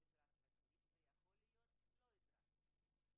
אזרח ותיק ויכול להיות לא אזרח ותיק.